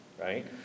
right